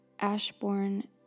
Ashbourne